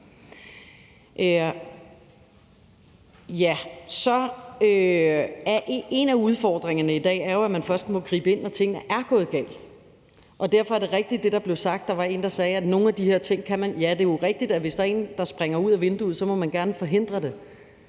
En af udfordringerne i dag er jo, at man først må gribe ind, når tingene er gået galt. Derfor er det rigtigt, hvad der blev sagt, altså der var en, der sagde noget om det. Det er jo rigtigt, at hvis der er en, der springer ud af vinduet, så må man gerne forhindre det,